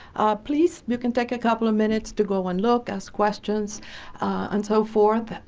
please, you can take a couple of minutes to go and look, ask questions and so forth.